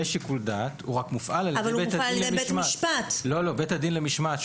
יש שיקול דעת הוא רק מופעל על ידי בית הדין למשמעת,